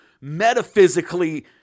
metaphysically